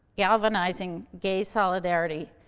galvanizing gay solidarity.